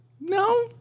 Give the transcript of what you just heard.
No